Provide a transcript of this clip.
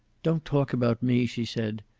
don't talk about me, she said.